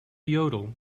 yodel